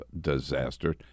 disaster